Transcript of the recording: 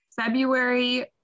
February